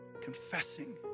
confessing